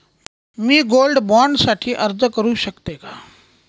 मी gold bond साठी अर्ज करु शकते का?